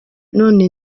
none